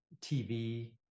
TV